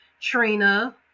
Trina